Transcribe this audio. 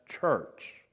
church